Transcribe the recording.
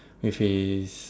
with his